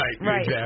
right